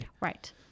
Right